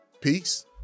Peace